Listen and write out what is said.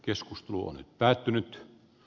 keskustelu on päättynyt